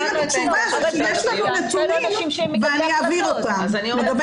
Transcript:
את התשובה זה שיש לנו נתונים ואני אעביר אותם לגבי